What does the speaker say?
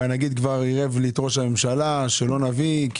ועירב כבר את ראש המשלה של נביא.